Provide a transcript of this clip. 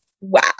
wow